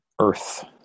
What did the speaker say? earth